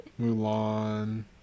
Mulan